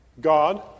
God